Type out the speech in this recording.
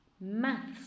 Maths